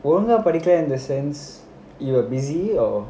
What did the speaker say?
ஒழுங்கா படிக்கல:ozhungaa padikala in the sense you are busy or